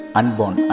unborn